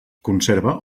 conserva